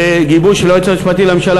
בגיבוי של היועץ המשפטי לממשלה.